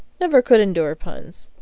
never could endure puns!